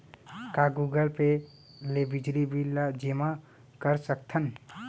का Google Pay ले बिजली बिल ल जेमा कर सकथन?